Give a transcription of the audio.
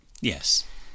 yes